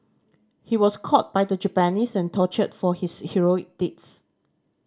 he was caught by the Japanese and tortured for his heroic deeds